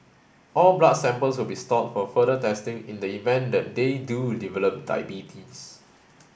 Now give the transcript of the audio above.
all blood samples will be stored for further testing in the event that they do develop diabetes